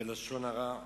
בלשון הרע.